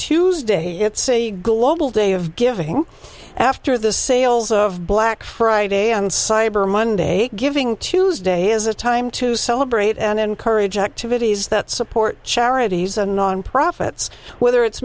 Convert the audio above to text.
tuesday it's a global day of giving after the sales of black friday and cyber monday giving tuesday is a time to celebrate and encourage activities that support charities and nonprofits whether it's